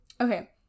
Okay